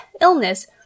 illness